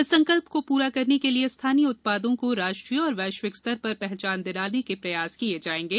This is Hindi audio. इस संकल्प को पूरा करने के लिये स्थानीय उत्पादों को राष्ट्रीय एवं वैश्विक स्तर पर पहचान दिलाने के प्रयास किये जायेंगे